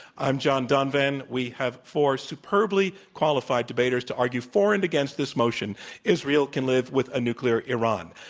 i'm john donvan. we have four superbly qualified debaters to argue for and against this motion israel can live with a nuclear iran.